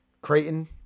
Creighton